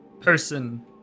Person